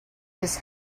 his